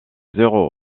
héros